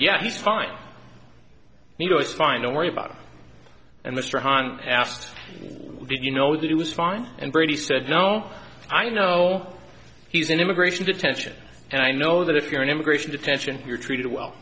yeah he's fine you know it's fine don't worry about it and mr han asked did you know that he was fine and brady said no i know he's in immigration detention and i know that if you're in immigration detention you're treated well